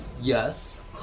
Yes